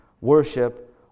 worship